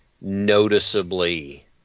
noticeably